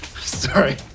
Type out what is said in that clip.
sorry